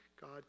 God